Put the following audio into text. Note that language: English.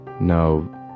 no